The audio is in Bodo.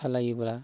सालायोब्ला